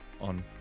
on